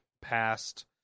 past